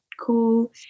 cool